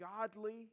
godly